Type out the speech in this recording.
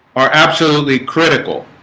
are absolutely critical